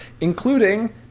including